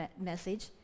message